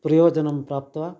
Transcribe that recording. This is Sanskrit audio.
प्रयोजनं प्राप्त्वा